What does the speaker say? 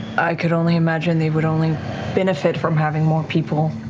i could only imagine they would only benefit from having more people